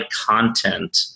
content